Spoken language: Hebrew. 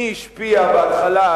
מי השפיע בהתחלה,